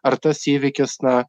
ar tas įvykis na